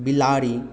बिलाड़ि